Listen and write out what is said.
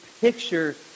picture